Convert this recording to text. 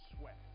sweat